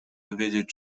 dowiedzieć